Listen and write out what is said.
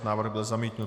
Návrh byl zamítnut.